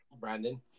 Brandon